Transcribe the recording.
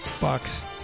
bucks